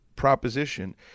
proposition